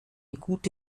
gute